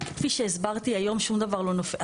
כפי שהסברתי, היום שום דבר לא נופל.